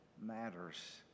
matters